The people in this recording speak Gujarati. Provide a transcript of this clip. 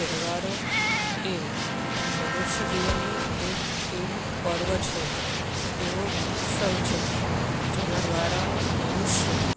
તહેવારો એ મનુષ્ય જીવનનું એક પર્વ છે એવો ઉત્સવ છે જેના દ્વારા મનુષ્ય